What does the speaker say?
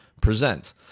present